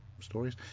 stories